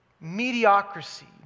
mediocrity